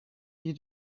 you